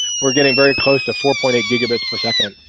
we're getting very close to four point eight gigabits per second